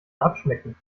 abschmecken